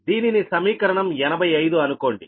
దీనిని సమీకరణం 85 అనుకోండి